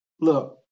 Look